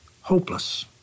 Hopeless